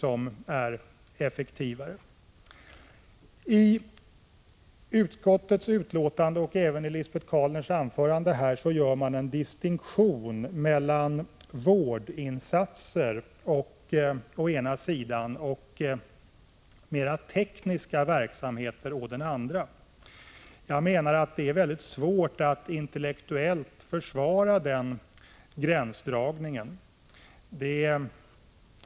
I utskottsbetänkandet gör man — och det gjorde även Lisbet Calner i sitt anförande här — en distinktion mellan vård och utbildning å ena sidan och mera tekniska verksamheter å den andra. Jag menar att det är väldigt svårt att intellektuellt försvara den gränsdragningen.